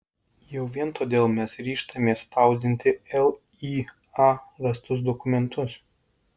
jau vien todėl mes ryžtamės spausdinti lya rastus dokumentus